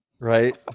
Right